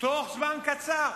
בתוך זמן קצר